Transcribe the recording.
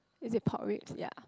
is it pork ribs ya